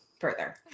further